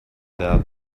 that